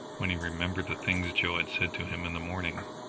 when he remembered the things joe had said to him in the morning.